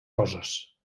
coses